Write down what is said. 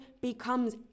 becomes